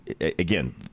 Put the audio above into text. Again